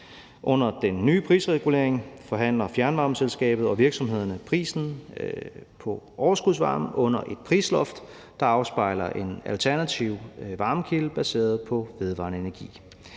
Under den nye prisregulering forhandler fjernvarmeselskabet og virksomhederne prisen på overskudsvarmen under et prisloft, der afspejler en alternativ varmekilde baseret på vedvarende energi.